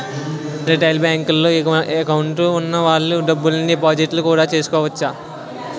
retail బేంకుల్లో account వున్న వాళ్ళు డబ్బుల్ని డిపాజిట్టు కూడా చేసుకోవచ్చు